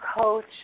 coach